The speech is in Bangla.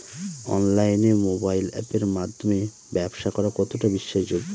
অনলাইনে মোবাইল আপের মাধ্যমে ব্যাবসা করা কতটা বিশ্বাসযোগ্য?